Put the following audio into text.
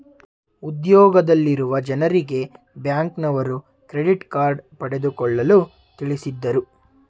ಉದ್ಯೋಗದಲ್ಲಿರುವ ಜನರಿಗೆ ಬ್ಯಾಂಕ್ನವರು ಕ್ರೆಡಿಟ್ ಕಾರ್ಡ್ ಪಡೆದುಕೊಳ್ಳಲು ತಿಳಿಸಿದರು